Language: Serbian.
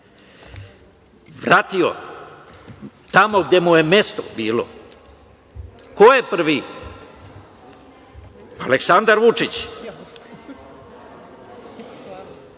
Vratio tamo gde mu je mesto bilo. Ko je prvi? Aleksandar Vučić.